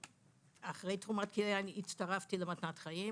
אחרי תרומת הכליה אני הצטרפתי למתנת חיים,